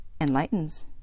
enlightens